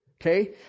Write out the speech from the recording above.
Okay